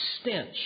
stench